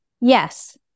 Yes